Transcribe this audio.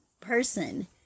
person